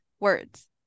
words